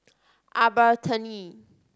Albertini